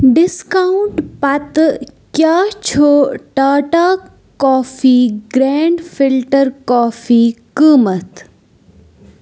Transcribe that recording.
discount پتہٕ کیٛاہ چھُ Tata coffee ground filter coffee قٟمَتھ